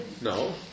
no